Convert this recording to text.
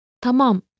Tamam